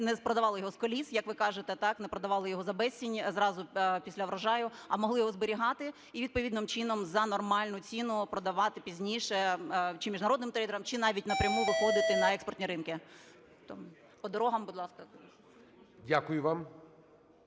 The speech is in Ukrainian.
не продавали його з коліс, як ви кажете, так, не продавали його за безцінь зразу після врожаю, а могли його зберігати, і відповідним чином за нормальну ціну продавати пізніше чи міжнародним трейдерам, чи навіть напряму виходити на експортні ринки. По дорогах, будь ласка. ГОЛОВУЮЧИЙ.